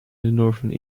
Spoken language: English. northern